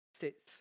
sits